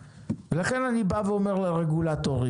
לכן, אני בא ואומר לרגולטורים: